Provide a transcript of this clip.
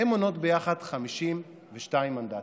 הן מונות ביחד 52 מנדטים.